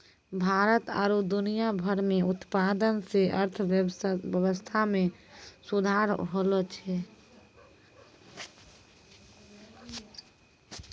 भारत आरु दुनिया भर मे उत्पादन से अर्थव्यबस्था मे सुधार होलो छै